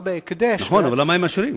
אבל למה הם מאשרים?